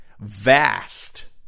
vast